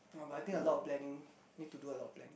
no but I think a lot of planning need to do a lot of planning